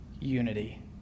unity